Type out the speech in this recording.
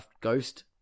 ghost